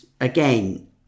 again